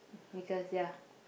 because ya